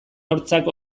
hortzak